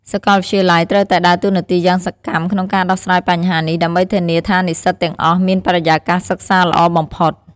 សាកលវិទ្យាល័យត្រូវតែដើរតួនាទីយ៉ាងសកម្មក្នុងការដោះស្រាយបញ្ហានេះដើម្បីធានាថានិស្សិតទាំងអស់មានបរិយាកាសសិក្សាល្អបំផុត។